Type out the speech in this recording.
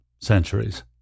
centuries